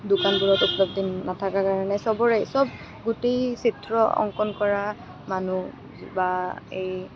দোকানবোৰত উপলব্ধ নথকাৰ কাৰণে সবৰে সব গোটেই চিত্ৰ অংকন কৰা মানুহ বা এই